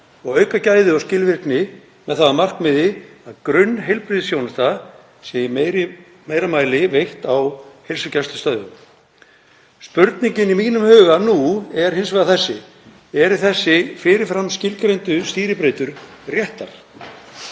og auka gæði og skilvirkni með það að markmiði að grunnheilbrigðisþjónusta sé í meira mæli veitt á heilsugæslustöðvum. Spurningin í mínum huga nú er hins vegar þessi: Eru þessar fyrir fram skilgreindu skýribreytur réttar?